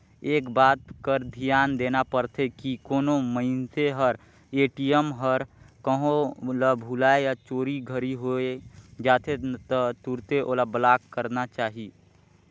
एक बात कर धियान देना परथे की कोनो मइनसे हर ए.टी.एम हर कहों ल भूलाए या चोरी घरी होए जाथे त तुरते ओला ब्लॉक कराना चाही